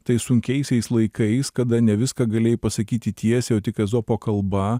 tais sunkiaisiais laikais kada ne viską galėjai pasakyti tiesiai o tik ezopo kalba